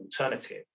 alternative